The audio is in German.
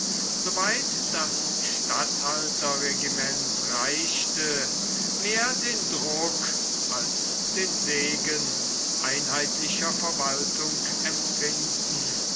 das statthalterregiment reichte mehr den druck als den segen einheitlicher verwaltung empfinden